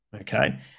okay